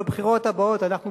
בבחירות הבאות אנחנו,